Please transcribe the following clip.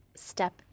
step